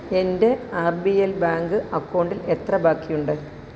എൻ്റെ R B L bank അക്കൗണ്ടിൽ എത്ര ബാക്കിയുണ്ട്